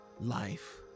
life